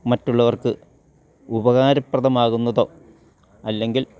മറ്റുള്ളവർക്ക് ഉപകാരപ്രദമാകുന്നതോ അല്ലെങ്കിൽ